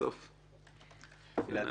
סופה לנדבר.